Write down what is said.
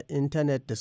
internet